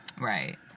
Right